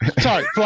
sorry